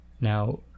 Now